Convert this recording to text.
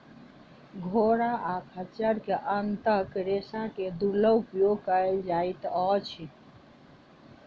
घोड़ा आ खच्चर के आंतक रेशा के दुर्लभ उपयोग कयल जाइत अछि